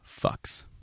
fucks